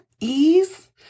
Ease